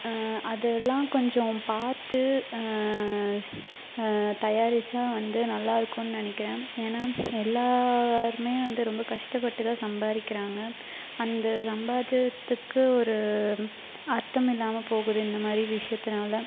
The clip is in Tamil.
அது எல்லாம் கொஞ்சம் பார்த்து ஸ் தயாரிச்சால் வந்து நல்லாருக்கும்னு நினைக்கிறேன் ஏன்னா எல்லாரும் வந்து ரொம்ப கஷ்டப்பட்டு தான் சம்பாதிக்கிறாங்க அந்த சம்பாதியத்துக்கு ஒரு அர்த்தம் இல்லாமல் போகுது இந்த மாதிரி விஷயத்துனால